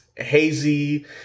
hazy